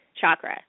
chakra